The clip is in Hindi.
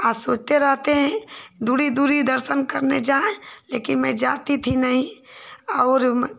और सोचते रहते हैं दूरी दूरी दर्शन करने जाएँ लेकिन मैं जाती थी नहीं और